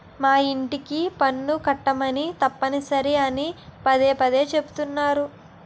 మా యింటికి పన్ను కట్టమని తప్పనిసరి అని పదే పదే చెబుతున్నారు